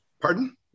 Pardon